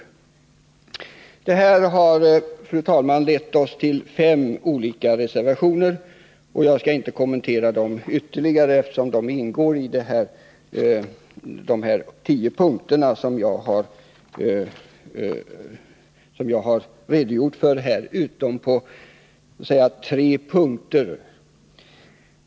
Det här har lett till att vi avgivit fem reservationer. Jag skall inte kommentera dem ytterligare, eftersom innehållet i dem ingår i de tio punkter jag har redovisat här, förutom på tre punkter.